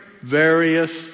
various